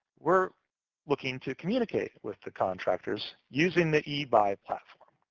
we're looking to communicate with the contractors using the ebuy platform.